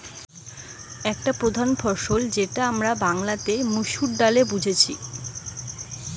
গটে প্রধান ফসল যেটা আমরা বাংলাতে মসুর ডালে বুঝতেছি